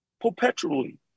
perpetually